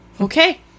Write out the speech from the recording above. okay